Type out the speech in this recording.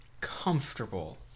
comfortable